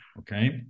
okay